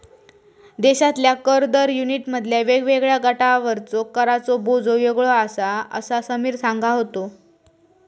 देशातल्या कर दर युनिटमधल्या वेगवेगळ्या गटांवरचो कराचो बोजो वेगळो आसा, असा समीर सांगा होतो